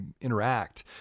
interact